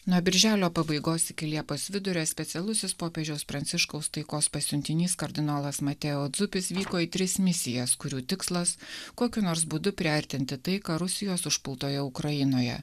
nuo birželio pabaigos iki liepos vidurio specialusis popiežiaus pranciškaus taikos pasiuntinys kardinolas mateo dzupis vyko į tris misijas kurių tikslas kokiu nors būdu priartinti taiką rusijos užpultojo ukrainoje